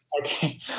Okay